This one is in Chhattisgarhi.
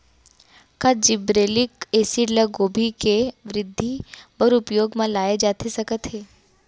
का जिब्रेल्लिक एसिड ल गोभी के वृद्धि बर उपयोग म लाये जाथे सकत हे?